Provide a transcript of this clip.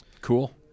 Cool